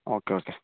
okay okay